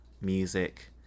music